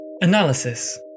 Analysis